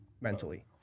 mentally